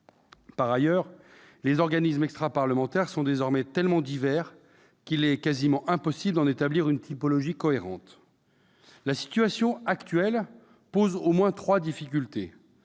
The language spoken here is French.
Par ailleurs, les organismes extraparlementaires sont désormais tellement divers qu'il est presque impossible d'en établir une typologie cohérente. La situation actuelle pose au moins trois difficultés